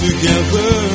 Together